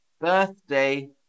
Birthday